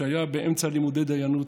שהיה באמצע לימודי דיינות